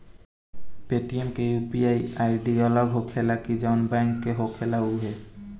Paytm के UPI ID अलग होखेला की जाऊन बैंक के बा उहे होखेला?